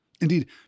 Indeed